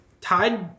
Tide